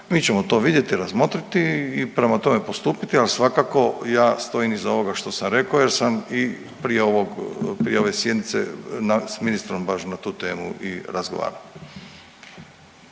Mi ćemo to vidjeti, razmotriti i prema tome postupiti, ali svakako ja stojim iza ovoga što sam rekao jer sam i prije ovog, prije ove sjednice s ministrom baš na tu temu i razgovarao.